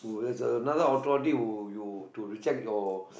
there's another authority who you do reject your